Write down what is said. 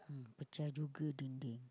ah pecah juga dinding